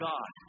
God